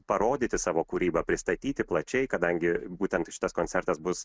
parodyti savo kūrybą pristatyti plačiai kadangi būtent šitas koncertas bus